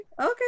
okay